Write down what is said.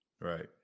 Right